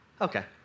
Okay